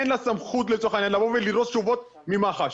אין לה סמכות, לצורך העניין, לדרוש תשובות ממח"ש.